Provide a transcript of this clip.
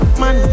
man